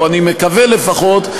או אני מקווה לפחות,